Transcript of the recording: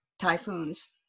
typhoons